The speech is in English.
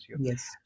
Yes